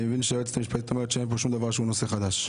אני מבין שהיועצת המשפטית אומרת שאין פה שום דבר שהוא נושא חדש.